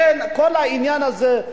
לכן כל העניין הזה,